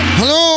hello